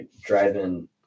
driving